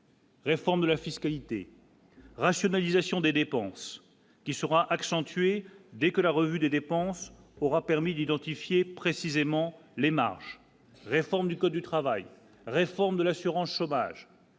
Réforme de la fiscalité, rationalisation des dépenses qui sera accentuée dès que la revue des dépenses aura permis d'identifier précisément les marges, réforme du code du travail, réforme de l'assurance chômage.